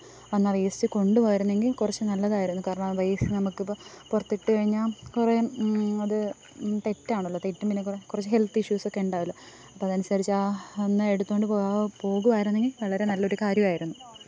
ഒന്ന് ആ വേസ്റ്റ് കൊണ്ടുപോവുകയായിരുന്നെങ്കിൽ കുറച്ച് നല്ലതായിരുന്നു കാരണം ആ വേസ്റ്റ് നമുക്ക് ഇപ്പം പുറത്തിട്ട് കഴിഞ്ഞാൽ കുറെ അത് തെറ്റാണല്ലോ തെറ്റും പിന്നെ കുറെ കുറച്ച് ഹെല്ത്ത് ഇഷ്യൂസ് ഒക്കെ ഉണ്ടാവുമല്ലോ അപ്പം അത് അനുസരിച്ച് ആ ഒന്ന് എടുത്തുകൊണ്ട് പോ പോകുവായിരുന്നെങ്കില് വളരെ നല്ല ഒരു കാര്യമായിരുന്നു